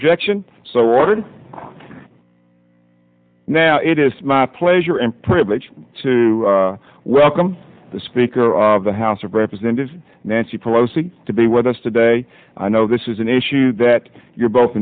objection so word now it is my pleasure and privilege to welcome the speaker of the house of representatives nancy pelosi to be with us today i know this is an issue that you're both